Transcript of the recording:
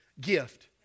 gift